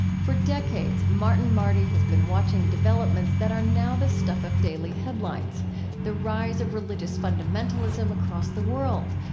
for decades, martin marty has been watching developments that are now the stuff of daily headlines the rise of religious fundamentalism across the world,